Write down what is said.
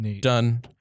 Done